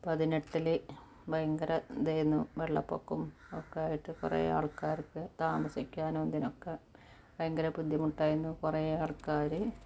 പതിനെട്ടിൽ ഭയങ്കര ഇതായിരുന്നു വെള്ളപ്പൊക്കവും ഒക്കെ ആയിട്ട് കുറെ ആൾക്കാർക്ക് താമസിക്കാനും ഇതിനൊക്കെ ഭയങ്കര ബുദ്ധിമുട്ടായിരുന്നു കുറെ ആൾക്കാർ